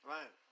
Right